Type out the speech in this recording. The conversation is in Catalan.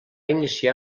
iniciar